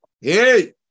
Hey